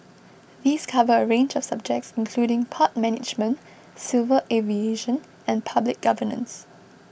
these cover a range of subjects including port management civil aviation and public governance